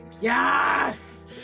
Yes